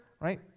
right